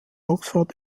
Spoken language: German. oxford